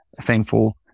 thankful